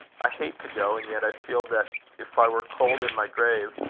i hate to go, and yet i feel that if i were cold in my grave,